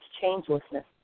changelessness